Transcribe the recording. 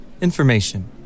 Information